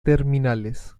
terminales